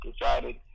decided